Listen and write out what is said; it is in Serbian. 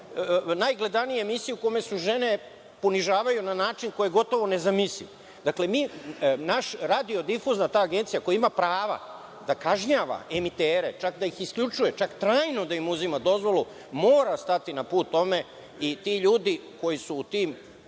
najgledanije emisije u kome se žene ponižavaju na način koji je gotovo nezamisliv. Naša radio difuzna agencija koja ima prava da kažnjava emitere, čak da ih isključuje, čak trajno da im uzima dozvolu, mora stati na put tome i ti ljudi koji su u tim